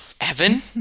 Evan